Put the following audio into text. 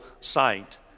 sight